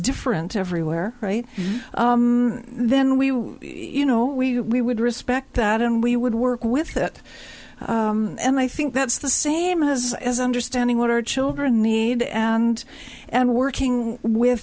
different everywhere right then we you know we we would respect that and we would work with it and i think that's the same as as understanding what our children need and and working with